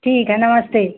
ठीक है नमस्ते